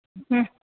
हम्म